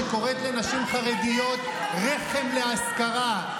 שקוראת לנשים חרדיות "רחם להשכרה".